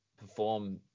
perform